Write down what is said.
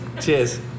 Cheers